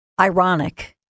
Ironic